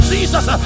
Jesus